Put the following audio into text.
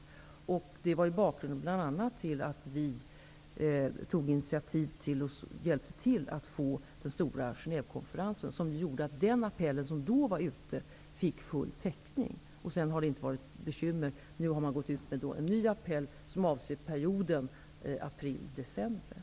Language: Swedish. Bl.a. det var bakgrunden till att vi tog initiativ till den stora Genèvekonferensen, och därigenom fick den appell som då var ute full täckning. Efter det har det inte varit några bekymmer. Nu har man gått ut med en ny appell, som avser perioden april--december.